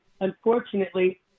unfortunately